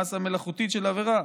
מאסה מלאכותית של עבירה.